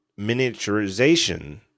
miniaturization